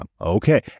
Okay